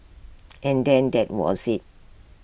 and then that was IT